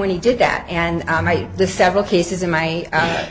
when he did that and i might the several cases in my